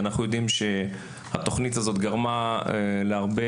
אנחנו יודעים שהתכנית הזו גרמה להרבה